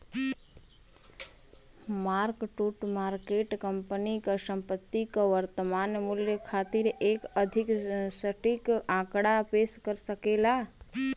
mark to market company क संपत्ति क वर्तमान मूल्य खातिर एक अधिक सटीक आंकड़ा पेश कर सकला